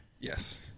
Yes